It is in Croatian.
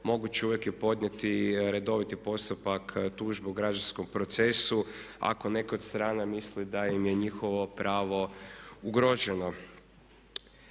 moguće je uvijek i podnijeti redoviti postupak tužbu u građanskom procesu ako neka od strana misli da im je njihovo pravo ugroženo.